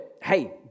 hey